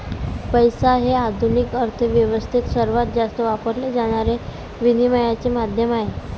पैसा हे आधुनिक अर्थ व्यवस्थेत सर्वात जास्त वापरले जाणारे विनिमयाचे माध्यम आहे